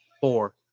four